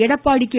Edappadi K